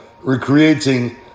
recreating